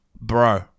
Bro